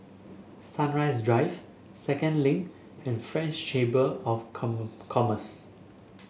Sunrise Drive Second Link and French Chamber of Commerce